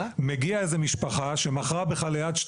מגיעה איזה משפחה שמכרה בכלל ליד 2